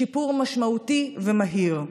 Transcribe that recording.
שיפור משמעותי ומהיר.